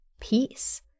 peace